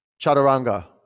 Chaturanga